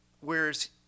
whereas